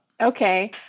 Okay